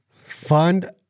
Fund